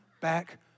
back